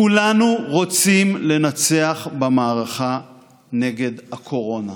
כולנו רוצים לנצח במערכה נגד הקורונה.